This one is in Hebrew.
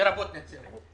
לרבות נצרת.